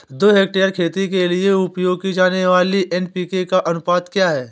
दो हेक्टेयर खेती के लिए उपयोग की जाने वाली एन.पी.के का अनुपात क्या है?